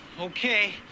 Okay